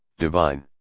divine.